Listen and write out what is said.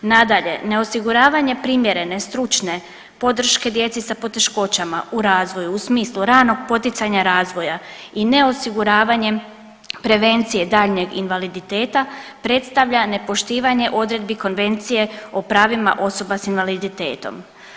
Nadalje, ne osiguravanje primjerene, stručne podrške djeci sa poteškoćama u razvoju u smislu ranog poticanja razvoja i neosiguravanjem prevencije daljnjeg invaliditeta predstavlja nepoštivanje odredbi Konvencije o pravima osoba s invaliditetom.